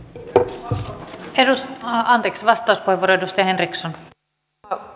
palkkaa edes haaveksivastosta edusti henriksson maassa